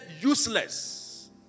useless